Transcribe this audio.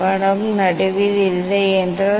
படம் நடுவில் இல்லை என்றால்